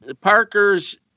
Parker's